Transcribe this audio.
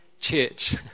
church